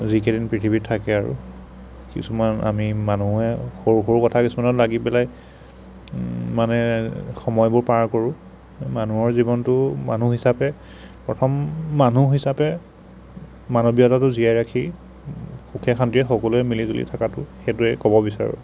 যিকেইদিন পৃথিৱীত থাকে আৰু কিছুমান আমি মানুহে সৰু সৰু কথা কিছুমানত লাগি পেলাই মানে সময়বোৰ পাৰ কৰোঁ মানুহৰ জীৱনটো মানুহ হিচাপে প্ৰথম মানুহ হিচাপে মানৱীয়তাটো জীয়াই ৰাখি সুখে শান্তিৰে সকলোৱে মিলি জুলি থাকাটো সেইটোৱে ক'ব বিচাৰোঁ